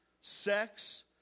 sex